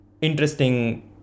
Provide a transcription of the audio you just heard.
interesting